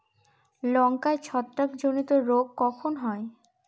লঙ্কায় ছত্রাক জনিত রোগ কখন হয়?